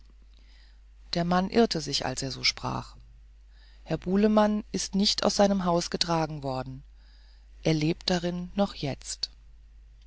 der mann irrte sich als er so sprach herr bulemann ist nicht aus seinem haus getragen worden er lebt darin noch jetzt